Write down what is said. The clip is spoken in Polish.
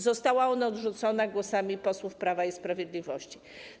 Została ona odrzucona głosami posłów Prawa i Sprawiedliwości.